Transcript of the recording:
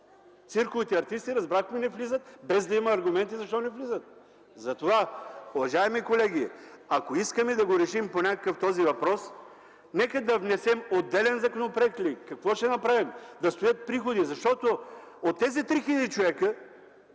Цирковите артисти, разбрахме, не влизат, без да има аргументи и защо не влизат. Затова, уважаеми колеги, ако искаме да решим по някакъв начин този въпрос, нека да внесем отделен законопроект и да има приходи. Защото от тези 3 хил. човека,